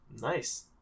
Nice